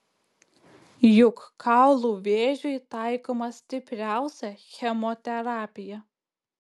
juk kaulų vėžiui taikoma stipriausia chemoterapija